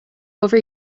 over